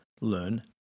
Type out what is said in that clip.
learn